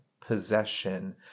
possession